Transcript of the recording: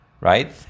right